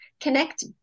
connect